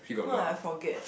not that I forget